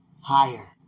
Higher